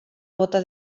bóta